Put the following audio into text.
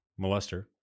molester